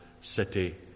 city